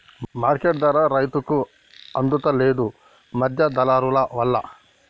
market ధర రైతుకు అందుత లేదు, మధ్య దళారులవల్ల